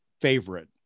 favorite